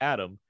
Adam